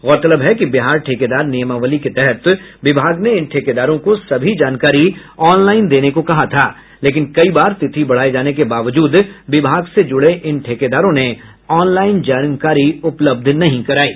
गौरतलब है कि बिहार ठेकेदार नियमावली के तहत विभाग ने इन ठेकेदारों को सभी जानकारी ऑनलाईन देने को कहा था लेकिन कई बार तिथि बढ़ाये जाने के बावजूद विभाग से जुड़े इन ठेकेदारों ने ऑनलाईन जानकारी नहीं दी